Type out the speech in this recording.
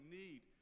need